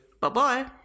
Bye-bye